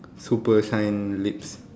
super shine lips